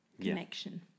connection